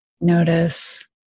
Notice